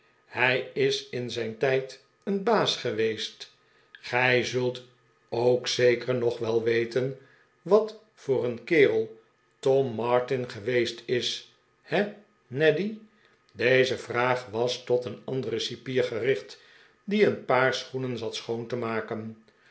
hij is in zijn tijd een baas geweest gij zult ook zeker nog wel weten wat voor een kerel tom martin geweest is he neddy deze vraag was tot een anderen cipier gericht die een paar schoenen zat schoon te maken